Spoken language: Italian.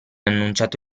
annunciato